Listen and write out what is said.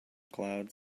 clouds